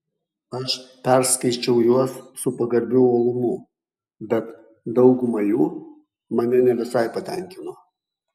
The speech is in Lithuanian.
aš perskaičiau juos su pagarbiu uolumu bet dauguma jų mane ne visai patenkino